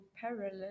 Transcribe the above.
parallel